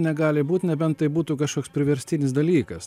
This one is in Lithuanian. negali būt nebent tai būtų kažkoks priverstinis dalykas